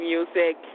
Music